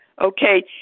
Okay